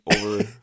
over